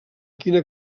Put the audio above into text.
quina